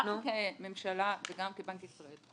כממשלה וגם כבנק ישראל,